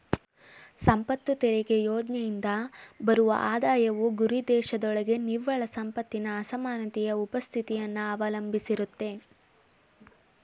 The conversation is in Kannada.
ಸಂಪತ್ತು ತೆರಿಗೆ ಯೋಜ್ನೆಯಿಂದ ಬರುವ ಆದಾಯವು ಗುರಿದೇಶದೊಳಗೆ ನಿವ್ವಳ ಸಂಪತ್ತಿನ ಅಸಮಾನತೆಯ ಉಪಸ್ಥಿತಿಯನ್ನ ಅವಲಂಬಿಸಿರುತ್ತೆ